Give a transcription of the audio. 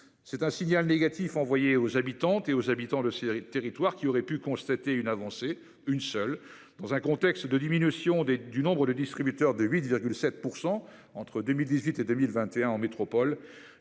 C'est un signal négatif envoyé aux habitantes et aux habitants de ces territoires, qui auraient pu constater une avancée- une seule !-, dans un contexte de diminution du nombre de distributeurs de 8,7 % entre 2018 et 2021 en métropole,